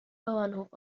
bauernhof